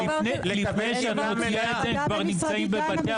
לפני שאת מוציאה את זה הם כבר נמצאים בבתי